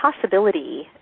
possibility